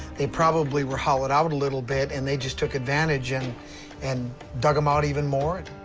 they probably were hollowed out a little bit, and they just took advantage and and dug them out even more.